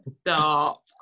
stop